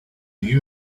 you